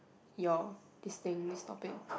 your this thing this topic